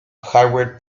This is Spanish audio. hardware